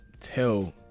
tell